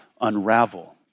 unravel